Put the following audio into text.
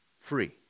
Free